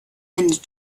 and